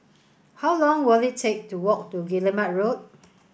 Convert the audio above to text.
how long will it take to walk to Guillemard Road